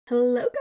hello